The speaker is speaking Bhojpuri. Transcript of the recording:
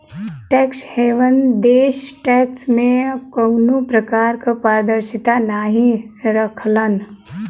टैक्स हेवन देश टैक्स में कउनो प्रकार क पारदर्शिता नाहीं रखलन